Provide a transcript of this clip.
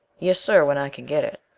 yes, sir, when i can get it.